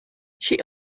she